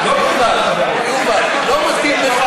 לא מתאים לך